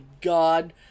God